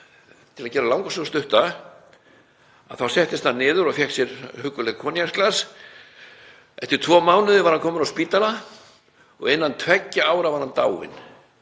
Til að gera langa sögu stutta þá settist hann niður og fékk sér huggulegt koníaksglas. Eftir tvo mánuði var hann kominn á spítala og innan tveggja ár var hann dáinn.